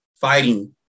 fighting